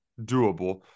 doable